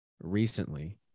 recently